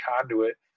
conduit